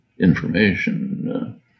information